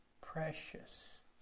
precious